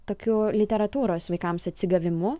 tokiu literatūros vaikams atsigavimu